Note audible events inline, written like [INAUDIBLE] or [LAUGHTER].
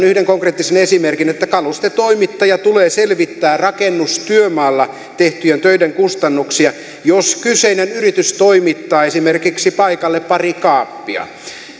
[UNINTELLIGIBLE] yhden konkreettisen esimerkin että kalustetoimittajan tulee selvittää rakennustyömaalla tehtyjen töiden kustannuksia jos kyseinen yritys toimittaa esimerkiksi paikalle pari kaappia